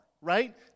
right